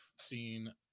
seen